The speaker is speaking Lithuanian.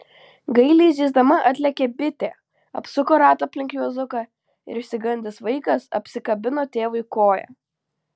gailiai zyzdama atlėkė bitė apsuko ratą aplink juozuką ir išsigandęs vaikas apsikabino tėvui koją